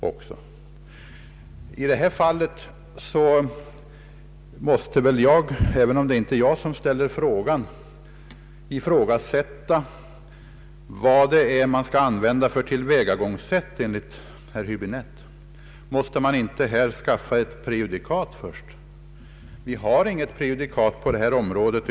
I det här fallet måste jag — även om det inte är jag som ställer frågan — ifrågasätta vad man skall använda för tillvägagångssätt enligt herr Höäbinette. Måste man inte skaffa ett prejudikat först? Vi har inget prejudikat på detta område.